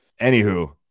Anywho